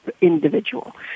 individual